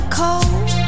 cold